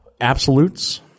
absolutes